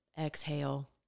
exhale